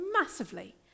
massively